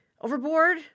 overboard